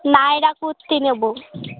নায়রা কুর্তি নেব